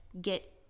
get